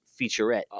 featurette